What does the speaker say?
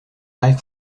like